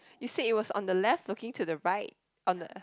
you said it was on the left looking to the right on the